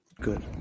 good